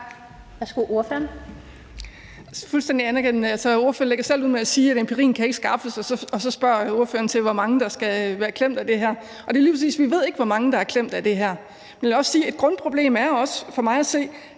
Olldag (RV): Fuldstændig anerkendende. Altså, ordføreren lægger selv ud med at sige, at empirien ikke kan skaffes, og ordføreren spørger så til, hvor mange der skal være klemt af det her, og det er lige præcis det: Vi ved ikke, hvor mange der er klemt af det her. Jeg vil også sige, at et grundproblem for mig at se